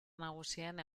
nagusien